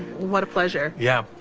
what a pleasure. yeah.